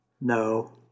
no